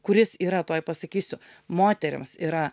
kuris yra tuoj pasakysiu moterims yra